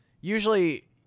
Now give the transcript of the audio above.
usually